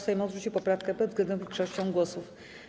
Sejm odrzucił poprawkę bezwzględną większością głosów.